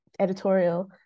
editorial